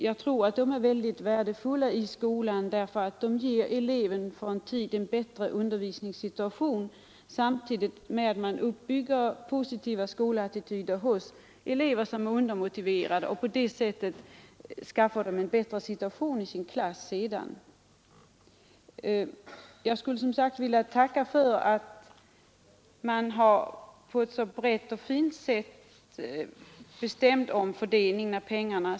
Jag tror det vore värdefullt att ha sådana i skolan, eftersom de ger eleverna en bättre undervisningssituation samtidigt med att man därigenom bygger upp positiva skolattityder hos elever som är undermotiverade, och detta kan i sin tur bidra till att skapa en bättre situation för dem i deras klass. Jag skulle som sagt vilja tacka för att fördelningen av pengarna bestämts på ett så vidsträckt och fint sätt.